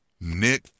Nick